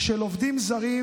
של עובדים זרים,